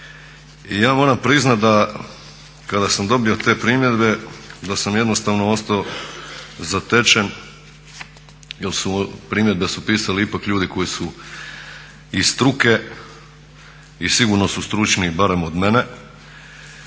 i ja moram priznat da kada sam dobio te primjedbe da sam jednostavno ostao zatečen jer su primjedbe pisali ipak ljudi koji su iz struke i sigurno su stručniji barem od mene